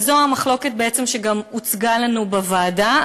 וזו המחלוקת שגם הוצגה לנו בוועדה,